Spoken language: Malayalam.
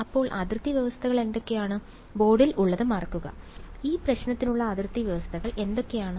അപ്പോൾ അതിർത്തി വ്യവസ്ഥകൾ എന്തൊക്കെയാണ് ബോർഡിൽ ഉള്ളത് മറക്കുക ഈ പ്രശ്നത്തിനുള്ള അതിർത്തി വ്യവസ്ഥകൾ എന്തൊക്കെയാണ്